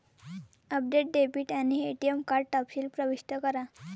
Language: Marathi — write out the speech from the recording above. ॲपमध्ये डेबिट आणि एटीएम कार्ड तपशील प्रविष्ट करा